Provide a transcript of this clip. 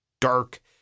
dark